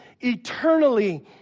eternally